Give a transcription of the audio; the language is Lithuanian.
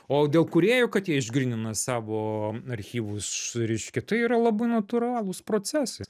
o dėl kūrėjų kad jie išgrynina savo archyvus reiškia tai yra labai natūralūs procesai